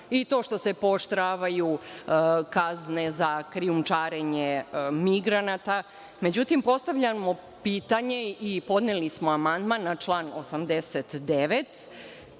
i to što se pooštravaju kazne za krijumčarenje migranata. Međutim, postavljamo pitanje i podneli smo amandman na član 89.